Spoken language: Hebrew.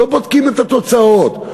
לא בודקים את התוצאות,